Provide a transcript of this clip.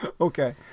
Okay